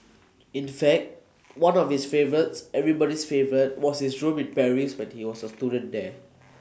in fact one of its favours everybody's favour was his room in Paris when he was A student there